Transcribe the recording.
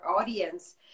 audience